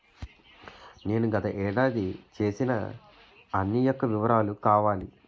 నేను గత ఏడాది చేసిన అన్ని యెక్క వివరాలు కావాలి?